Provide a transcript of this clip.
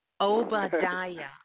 Obadiah